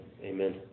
Amen